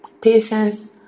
patience